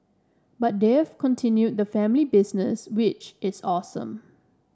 but they've continued the family business which is awesome